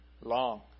long